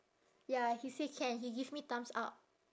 ya he say can he give me thumbs up